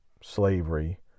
slavery